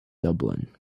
dublin